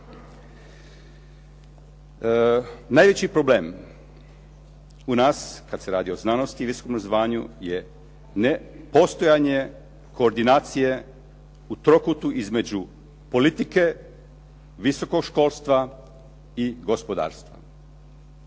Najveći problem u nas kad se radi o znanosti i visokom obrazovanju je nepostojanje koordinacije u trokutu između politike, visokog školstva i gospodarstva.